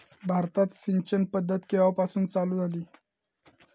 भारतात सिंचन पद्धत केवापासून चालू झाली?